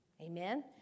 Amen